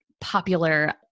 popular